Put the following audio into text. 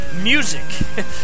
music